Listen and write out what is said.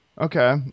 Okay